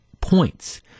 points